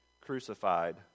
crucified